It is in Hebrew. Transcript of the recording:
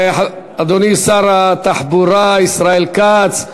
אדוני שר התחבורה ישראל כץ,